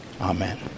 Amen